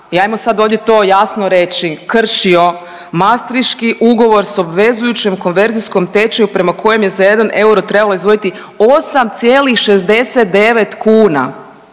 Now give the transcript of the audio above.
i ajmo sad ovdje to jasno reći kršio mastriški ugovor s obvezujućem konverzijskom tečaju prema kojem je za jedan euro trebalo izdvojiti 8,69 kuna